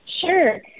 Sure